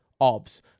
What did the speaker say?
obs